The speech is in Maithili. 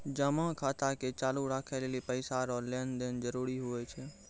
जमा खाता के चालू राखै लेली पैसा रो लेन देन जरूरी हुवै छै